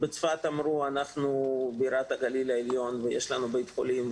בצפת אמרו אנחנו בירת הגליל העליון ויש לנו בית חולים,